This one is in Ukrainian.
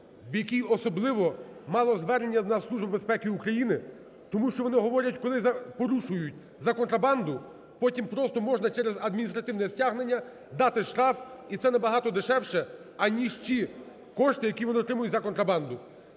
в якій особливо мало звернення до нас Служба безпеки України, тому що вони говорять: коли порушують за контрабанду, потім просто можна через адміністративне стягнення дати штраф, і це набагато дешевше, аніж ті кошти, які вони отримують за контрабанду.